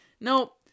Nope